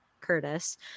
curtis